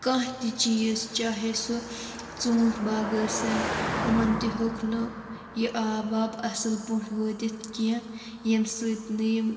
کانٛہہ تہِ چیٖز چاہے سُہ ژھونٛٹھۍ باغ ٲسِن یِمَن تِہ ہیٚوک نہٕ یہِ آب واب اصٕل پٲٹھۍ وٲتِتھ کیٚنٛہہ ییٚمہِ سۭتۍ نہٕ یِم